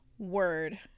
word